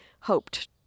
hoped